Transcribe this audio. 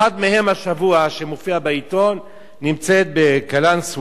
אחת מהן השבוע, שמופיעה בעיתון, נמצאת בקלנסואה.